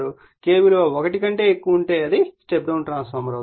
అదేవిధంగా K విలువ 1 కన్నా ఎక్కువ ఉంటే అది స్టెప్ డౌన్ ట్రాన్స్ఫార్మర్ అవుతుంది